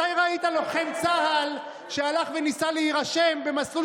מתי ראית לוחם צה"ל שהלך וניסה להירשם במסלול